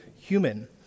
human